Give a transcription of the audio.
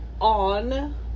on